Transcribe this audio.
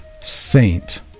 saint